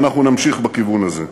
ואנחנו נמשיך בכיוון הזה.